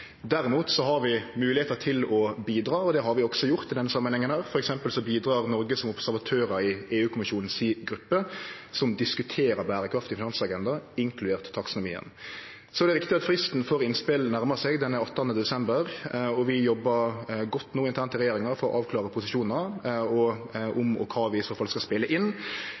Derimot har vi moglegheiter til å bidra, og det har vi også gjort i denne samanhengen. For eksempel bidreg Noreg som observatørar i EU-kommisjonens gruppe som diskuterer berekraftig finansiering, inkludert taksonomi. Det er riktig at fristen for innspel, 18. desember, nærmar seg, og vi jobbar godt no i regjeringa for å avklare posisjonar og om og kva vi skal spele inn.